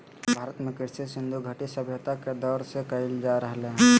भारत में कृषि सिन्धु घटी सभ्यता के दौर से कइल जा रहलय हें